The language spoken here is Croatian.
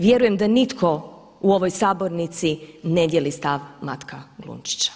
Vjerujem da nitko u ovoj sabornici ne dijeli stav Matka Glunčića.